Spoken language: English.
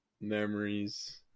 memories